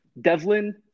Devlin –